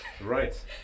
Right